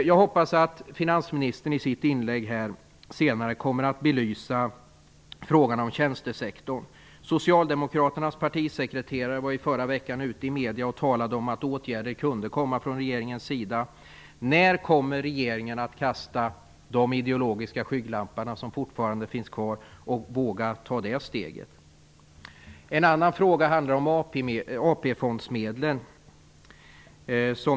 Jag hoppas att finansministern i sitt inlägg kommer att belysa frågan om tjänstesektorn. Socialdemokraternas partisekreterare talade i förra veckan i medierna om att åtgärder kunde komma från regeringen. När kommer regeringen att kasta de ideologiska skygglappar som fortfarande finns kvar och våga ta det steget? En annan fråga handlar om AP-fondsmedlen.